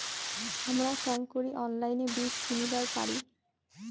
হামরা কেঙকরি অনলাইনে বীজ কিনিবার পারি?